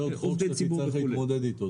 זה חוק השידורים שתצטרך להתמודד איתו,